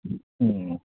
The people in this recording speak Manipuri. ꯑꯣ